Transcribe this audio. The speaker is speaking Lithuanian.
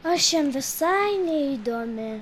aš jam visai neįdomi